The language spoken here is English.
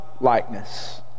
likeness